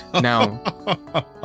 Now